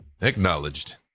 Acknowledged